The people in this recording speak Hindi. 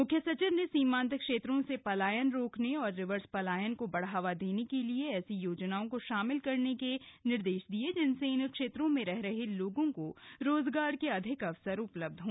मुख्य सचिव ने सीमान्त क्षेत्रों से पलायन रोकने और रिवर्स पलायन को बढ़ावा देने के लिए ऐसी योजनाओं को शामिल करने के निर्देश दिये जिनसे इन क्षेत्रों में रह रहे लोगों को रोजगार के अधिक अवसर उपलब्ध हो